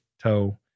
toe